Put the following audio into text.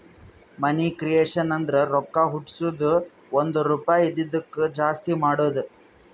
ಮನಿ creation ಅಂದುರ್ ರೊಕ್ಕಾ ಹುಟ್ಟುಸದ್ದು ಒಂದ್ ರುಪಾಯಿ ಇದಿದ್ದುಕ್ ಜಾಸ್ತಿ ಮಾಡದು